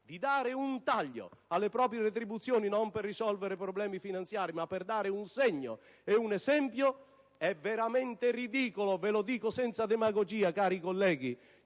di subire un taglio alle proprie retribuzioni, non per risolvere problemi finanziari ma per dare un segno e un esempio, è veramente ridicolo - lo dico senza demagogie, cari colleghi